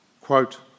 quote